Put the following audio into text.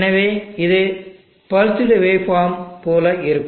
எனவே இது pulsed waveform pulsed wave போல இருக்கும்